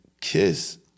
Kiss